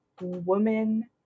woman